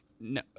No